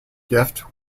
gift